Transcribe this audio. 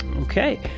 Okay